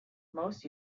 most